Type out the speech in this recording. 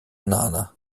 nana